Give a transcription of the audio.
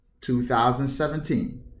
2017